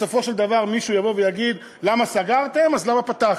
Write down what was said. בסופו של דבר מישהו יבוא ויגיד למה סגרתם או למה פתחתם.